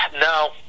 No